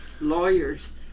lawyers